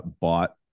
bought